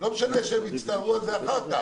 לא משנה שהם הצטערו על זה אחר כך.